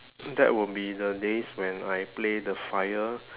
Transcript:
that would be the days when I play the fire